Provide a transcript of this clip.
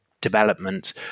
development